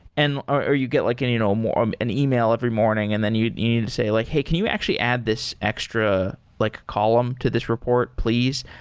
and or you get like and you know um an email every morning and then you need to say like, hey, can you actually add this extra like column to this report, please?